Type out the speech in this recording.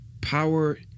power